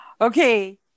Okay